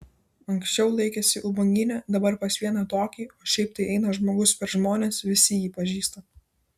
anksčiau laikėsi ubagyne dabar pas vieną tokį o šiaip tai eina žmogus per žmones visi jį pažįsta